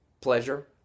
pleasure